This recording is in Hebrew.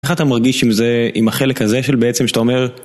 איך אתה מרגיש עם זה, עם החלק הזה של בעצם, שאתה אומר...